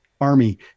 army